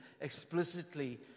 explicitly